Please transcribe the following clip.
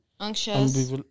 Anxious